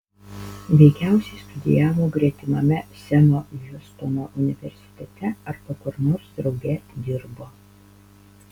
veikiausiai studijavo gretimame semo hiustono universitete arba kur nors drauge dirbo